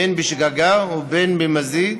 בין בשגגה ובין במזיד.